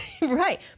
Right